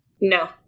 No